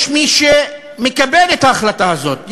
יש מי שמקבל את ההחלטה הזאת,